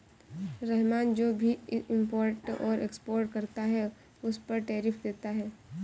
रहमान जो भी इम्पोर्ट और एक्सपोर्ट करता है उस पर टैरिफ देता है